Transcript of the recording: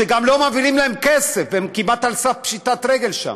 שגם לא מעבירים להם כסף והם כמעט על סף פשיטת רגל שם,